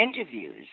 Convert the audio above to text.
interviews